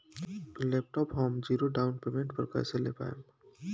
Laptop हम zero down payment पर कैसे ले पाएम?